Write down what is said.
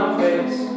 face